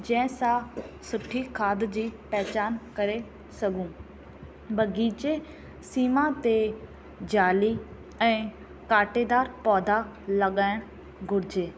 जंहिं सां सुठी खाध जी पहचान करे सघूं बगीचे सीमा ते जाली ऐं काटेदार पौधा लॻाइणु घुरिजे